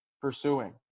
pursuing